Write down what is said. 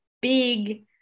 big